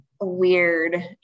weird